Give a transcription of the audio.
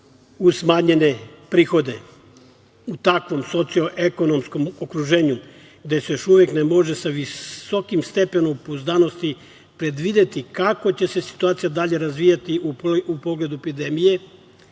uz smanjene prihode. U takvom socio-ekonomskom okruženju, gde se još uvek ne može sa visokim stepenom pouzdanosti predvideti kako će se situacija dalje razvijati u pogledu epidemije,